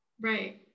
Right